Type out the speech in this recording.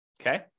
Okay